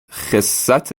خِسّت